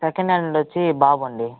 second standard వచ్చి బాబు అండి